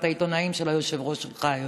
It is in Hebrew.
העיתונאים של היושב-ראש שלך היום.